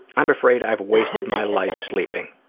i'm afraid i've wasted my life sleeping.